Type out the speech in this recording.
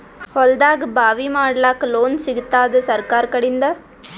ಹೊಲದಾಗಬಾವಿ ಮಾಡಲಾಕ ಲೋನ್ ಸಿಗತ್ತಾದ ಸರ್ಕಾರಕಡಿಂದ?